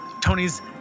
tony's